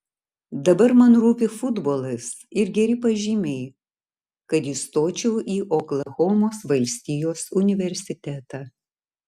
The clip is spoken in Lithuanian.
dabar man rūpi futbolas ir geri pažymiai kad įstočiau į oklahomos valstijos universitetą